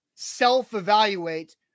self-evaluate